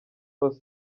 super